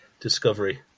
discovery